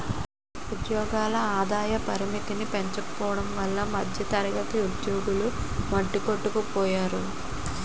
ఉద్యోగుల ఆదాయ పరిమితికి పెంచనందువల్ల మధ్యతరగతి ఉద్యోగులు మట్టికొట్టుకుపోయారు